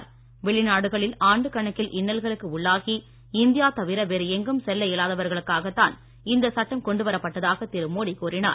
கவலைப்பட வெளிநாடுகளில் ஆண்டு கணக்கில் இன்னல்களுக்கு உள்ளாகி இந்தியா தவிர வேறு எங்கும் செல்ல இயலாதவர்களுக்காகத் தான் இந்த சட்டம் கொண்டு வரப்பட்டதாக திரு மோடி கூறினார்